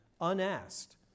Unasked